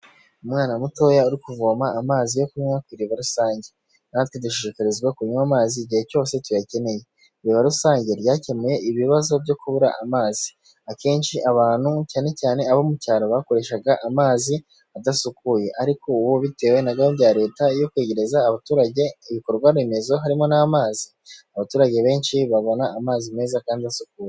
Umwana mutoya ari kuvoma amazi yo kunywa ku iriba rusange natwe dushishikarizwa kunywa amazi igihe cyose tuyakeneye iriba rusange ryakemuye ibibazo byo kubura amazi akenshi abantu cyane cyane abo mu cyaro bakoreshaga amazi adasukuye ariko ubu bitewe na gahunda leta yo kwegereza abaturage ibikorwaremezo harimo n'amazi abaturage benshi babona amazi meza asukuye.